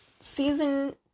season